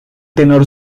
tenor